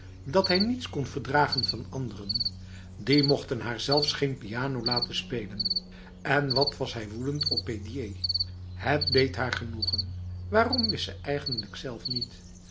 dat hij niets kon verdragen van anderen die mochten haar zelfs geen piano laten spelen en wat was hij woedend op prédier het deed haar genoegen waarom wist ze eigenlijk zelf niet